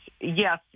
yes